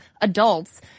adults